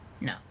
No